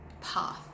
path